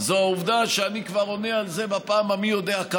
זה העובדה שאני כבר עונה על זה בפעם המי-יודע-כמה,